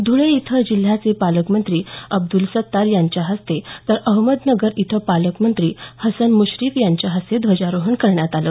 धुळे इथं जिल्ह्याचे पालकमंत्री अब्दुल सत्तार यांच्या हस्ते तर अहमदनगर इथं पालकमंत्री हसन मुश्रीफ यांच्या हस्ते ध्वजारोहण करण्यात आलं